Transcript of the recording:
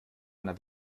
einer